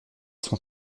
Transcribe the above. sont